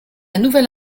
nouvelle